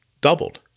doubled